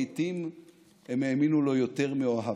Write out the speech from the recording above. לעתים הם האמינו לו יותר מאוהביו.